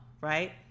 right